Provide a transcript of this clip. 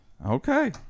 Okay